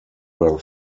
were